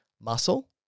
muscle